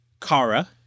Kara